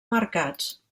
marcats